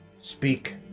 speak